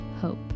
hope